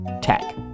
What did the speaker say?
tech